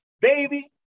baby